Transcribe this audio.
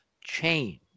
change